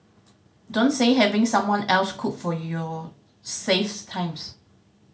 don't say having someone else cook for you saves times